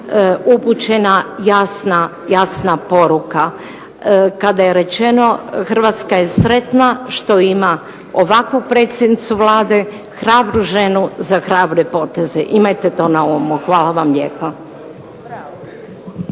upućena jasna poruka, kada je rečeno Hrvatska je sretna što ima ovakvu predsjednicu Vlade, hrabru ženu za hrabre poteze. Imajte to na umu. Hvala vam lijepa.